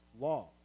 law